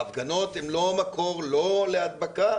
ההפגנות הן לא מקור לא להדבקה